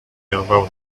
about